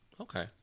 Okay